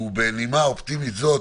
ובנימה אופטימית זאת